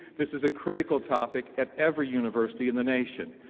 this is a critical topic at every university in the nation.